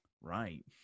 right